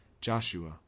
Joshua